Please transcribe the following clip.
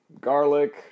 garlic